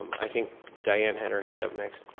i think diane had her hand up next.